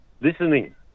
listening